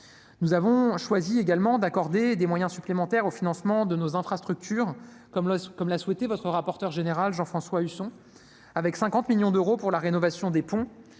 Nous avons choisi également d'accorder des moyens supplémentaires au financement de nos infrastructures, comme l'a souhaité le rapporteur général Jean-François Husson, avec 50 millions d'euros pour la rénovation des ponts